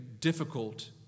difficult